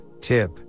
tip